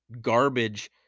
garbage